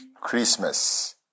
Christmas